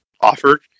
offered